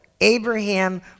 Abraham